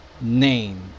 name